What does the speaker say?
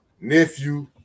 nephew